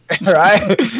Right